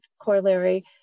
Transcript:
corollary